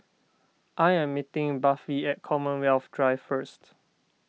I am meeting Buffy at Commonwealth Drive first